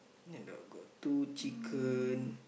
and then got two chicken